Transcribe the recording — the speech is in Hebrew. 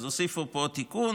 אז הוסיפו פה עוד תיקון,